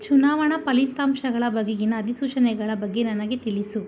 ಚುನಾವಣಾ ಫಲಿತಾಂಶಗಳ ಬಗೆಗಿನ ಅಧಿಸೂಚನೆಗಳ ಬಗ್ಗೆ ನನಗೆ ತಿಳಿಸು